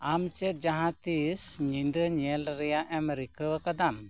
ᱟᱢ ᱪᱮᱫ ᱡᱟᱦᱟᱸ ᱛᱤᱥ ᱧᱤᱫᱟᱹ ᱧᱮᱞ ᱨᱮᱭᱟᱜ ᱮᱢ ᱨᱤᱠᱟᱹ ᱟᱠᱟᱫᱟᱢ